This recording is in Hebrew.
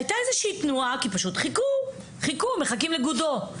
היתה איזו תנועה כי פשוט חיכו, מחכים לגודו.